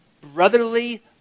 brotherly